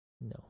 No